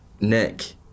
Nick